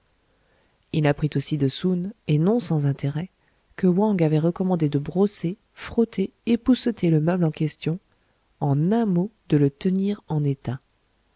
il apprit aussi de soun et non sans intérêt que wang avait recommandé de brosser frotter épousseter le meuble en question en un mot de le tenir en état